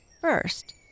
First